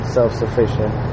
Self-sufficient